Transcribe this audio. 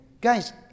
Guys